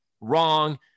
wrong